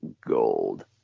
gold